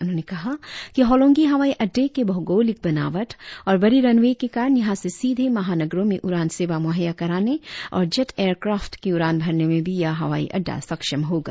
उन्होंने कहा कि होलोंगी हवाई अड़डे के भौगोलिक बनावट और बड़ी रनवे के कारण यहां से सीधे महानगरों में उड़ान सेवा मुहैया कराने और जेट एयरक्राफ़्ट की उड़ान भरने में भी यह हवाई अड्डा सक्षम होगा